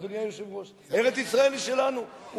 אדוני היושב-ראש, ארץ-ישראל היא שלנו.